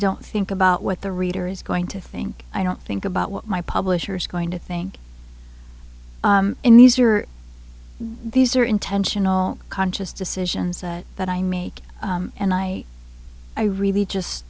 don't think about what the reader is going to think i don't think about what my publisher is going to think in these are these are intentional conscious decisions that i make and i i really just